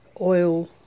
oil